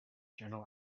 general